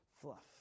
fluff